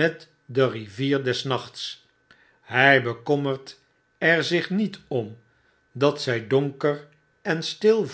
met de rivier des nachts bjj bekommert er zich niet om dat zy douker en stil